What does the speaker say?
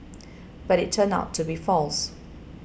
but it turned out to be false